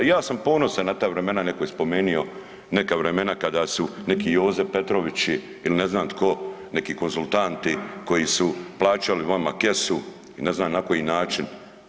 I ja sam ponosan na ta vremena, neko je spomenu neka vremena kada su neki Joze Petrovići ili ne znam tko neki konzultanti koji su plaćali vama kesu i ne znam na koji način.